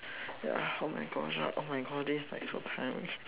ya oh my gosh lah all my